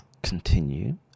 continue